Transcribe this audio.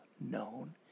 known